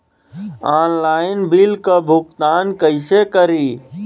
Online bill क भुगतान कईसे करी?